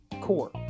core